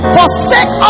forsake